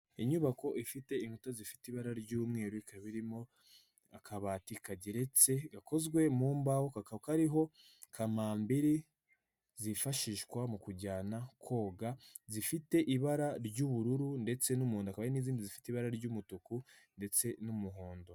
Inyubako ifite inkuta zifite ibara ry'umweru ikaba irimo akabati kageretse gakozwe mu mbaho kakaba kariho kamambiri zifashishwa mu kujyana koga zifite ibara ry'ubururu ndetse n'umuntu, hakaba hari n'izindi zifite ibara ry'umutuku ndetse n'umuhondo.